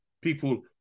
people